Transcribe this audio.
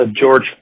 George